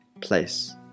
Place